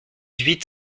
huit